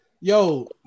yo